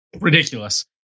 Ridiculous